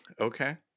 Okay